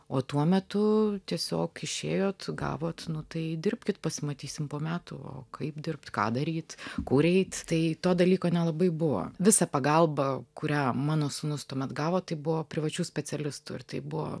o tuo metu tiesiog išėjot gavot nu tai dirbkit pasimatysim po metų o kaip dirbt ką daryt kur eit tai to dalyko nelabai buvo visą pagalbą kurią mano sūnus tuomet gavo tai buvo privačių specialistų ir tai buvo